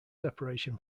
separation